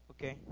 Okay